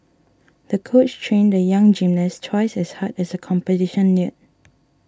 the coach trained the young gymnast twice as hard as the competition neared